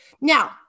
Now